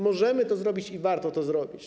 Możemy to zrobić i warto to zrobić.